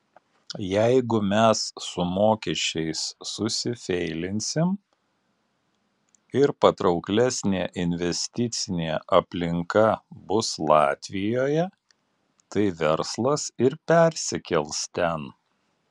jeigu mes su mokesčiais susifeilinsim ir patrauklesnė investicinė aplinka bus latvijoje tai verslas ir persikels ten